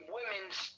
women's